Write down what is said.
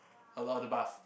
the bath